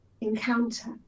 encounter